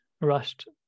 rushed